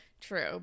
True